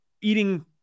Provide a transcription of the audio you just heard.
eating